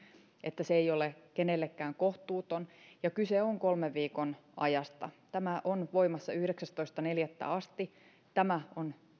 että se ei ole kenellekään kohtuuton kyse on kolmen viikon ajasta tämä on voimassa yhdeksästoista neljättä asti tämä on